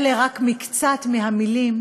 אלה רק מקצת מהמילים